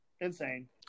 insane